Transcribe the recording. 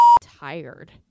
tired